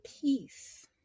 peace